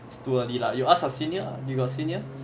it's too early lah you ask your senior you got senior